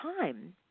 time